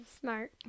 smart